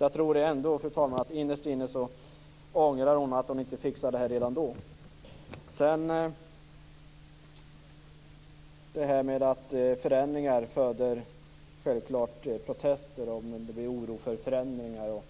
Jag tror att hon innerst inne ångrar att hon inte fixade det här redan då. Förändringar föder självklart protester, och det blir oro för förändringar.